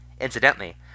Incidentally